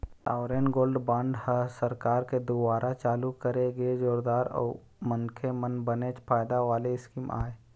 sovereign gold bond ह सरकार के दुवारा चालू करे गे जोरदार अउ मनखे मन बनेच फायदा वाले स्कीम आय